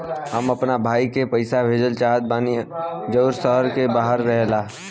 हम अपना भाई के पइसा भेजल चाहत बानी जउन शहर से बाहर रहेला